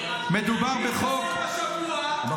מדובר בחוק ------ השבוע --- חוק.